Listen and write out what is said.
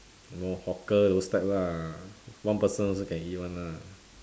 more hawker those type lah one person also can eat [one] lah